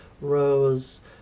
rose